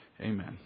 Amen